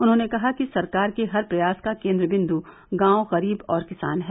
उन्होंने कहा कि सरकार के हर प्रयास का केन्द्र बिन्दु गांव गरीब और किसान हैं